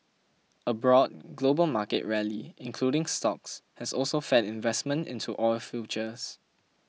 a broad global market rally including stocks has also fed investment into oil futures